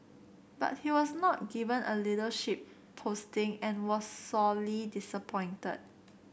but he was not given a leadership posting and was sorely disappointed